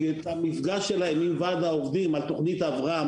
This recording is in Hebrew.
את המפגש שלהם עם וועד העובדים על תוכנית ההבראה,